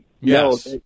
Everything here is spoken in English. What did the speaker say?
Yes